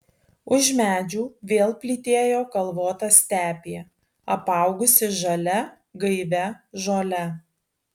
už medžių vėl plytėjo kalvota stepė apaugusi žalia gaivia žole